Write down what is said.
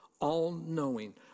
all-knowing